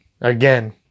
again